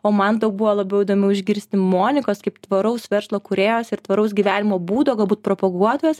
o man daug buvo labiau įdomu išgirsti monikos kaip tvaraus verslo kūrėjos ir tvaraus gyvenimo būdo galbūt propaguotojos